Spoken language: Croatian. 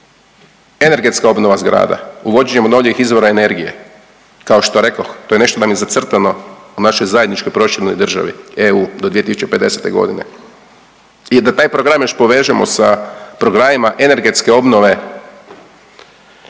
energetska obnova zgrada uvođenjem obnovljivih izvora energije kao što rekoh to je nešto što nam je zacrtano u našoj zajedničkoj proširenoj državi EU do 2050.g. i da taj program još povežemo sa programima energetske obnove zgrada